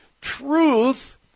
truth